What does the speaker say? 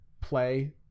play